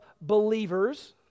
believers